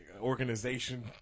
Organization